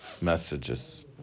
messages